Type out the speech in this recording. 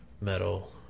metal